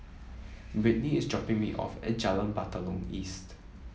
Brittnie is dropping me off at Jalan Batalong East